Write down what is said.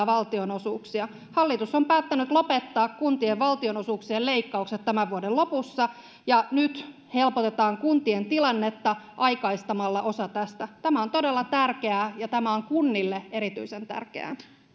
valtionosuuksia hallitus on päättänyt lopettaa kuntien valtionosuuksien leikkaukset tämän vuoden lopussa ja nyt helpotetaan kuntien tilannetta aikaistamalla osa tästä tämä on todella tärkeää ja tämä on kunnille erityisen tärkeää